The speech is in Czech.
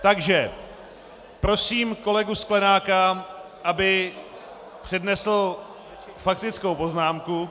Takže prosím kolegu Sklenáka, aby přednesl faktickou poznámku.